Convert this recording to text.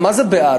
מה זה בעד?